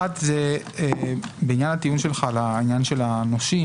אחת היא בעניין הטיעון שלך לעניין של הנושים,